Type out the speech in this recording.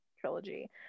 trilogy